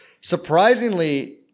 Surprisingly